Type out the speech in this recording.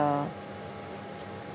the